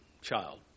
child